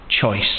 choice